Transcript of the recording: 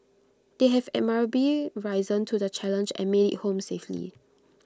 they have admirably risen to the challenge and made IT home safely